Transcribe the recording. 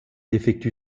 effectue